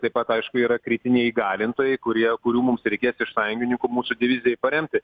taip pat aišku yra kritiniai galintojai kurie kurių mums reikės iš sąjungininkų mūsų divizijai paremti